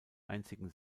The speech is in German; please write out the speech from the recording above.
einzigen